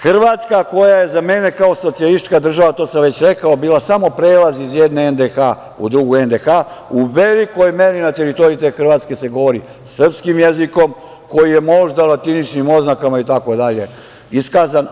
Hrvatska, koja je za mene kao socijalistička država, to sam već rekao, bila samo prelaz iz jedne NDH u drugu NDH, u velikoj meri na teritoriji te Hrvatske se govori srpskim jezikom, koji je možda latiničnim oznakama, itd, iskazan.